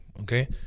okay